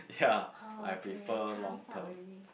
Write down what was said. uh okay time's up already